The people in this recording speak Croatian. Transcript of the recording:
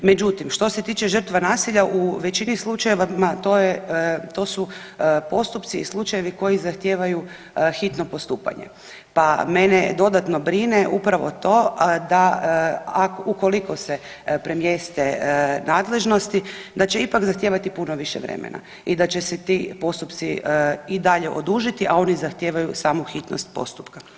Međutim, što se tiče žrtve nasilja u većini slučajeva to su postupci i slučajevi koji zahtijevaju hitno postupanje, pa mene dodatno brine upravo to da ukoliko se premjeste nadležnosti da će ipak zahtijevati puno više vremena i da će se ti postupci i dalje odužiti, a oni zahtijevaju samu hitnost postupka.